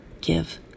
give